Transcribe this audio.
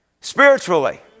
Spiritually